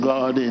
God